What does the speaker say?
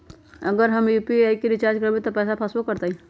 अगर हम यू.पी.आई से रिचार्ज करबै त पैसा फसबो करतई?